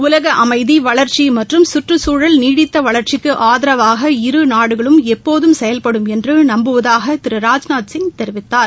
உலக அமைதி வளர்ச்சி மற்றும் சுற்றுச்சூழல் நீடித்த வளர்ச்சிக்கு ஆதரவாக இரு நாடுகளும் எப்போதும் செயல்படும் என்று நம்புவதாக திரு ராஜ்நாத்சிய் தெரிவித்தார்